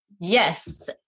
Yes